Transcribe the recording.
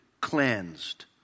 cleansed